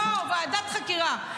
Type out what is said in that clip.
לא, ועדת חקירה.